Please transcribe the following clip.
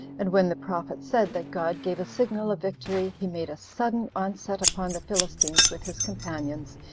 and when the prophet said that god gave a signal of victory, he made a sudden onset upon the philistines with his companions,